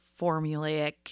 formulaic